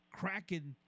cracking